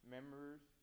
Members